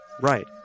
right